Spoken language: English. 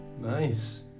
Nice